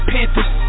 Panthers